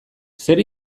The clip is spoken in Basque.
zer